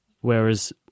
whereas